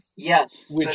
Yes